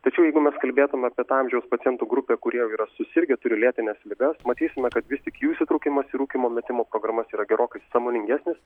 tačiau jeigu mes kalbėtumėme apie amžiaus pacientų grupę kurie yra susirgę turi lėtines ligas matysime kad vis tik jų įsitraukimas į rūkymo metimo programas yra gerokai sąmoningesnis